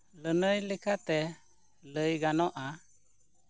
ᱞᱟᱹᱱᱟᱹᱭ ᱞᱮᱠᱟᱛᱮ ᱞᱟᱹᱭ ᱜᱟᱱᱚᱜᱼᱟ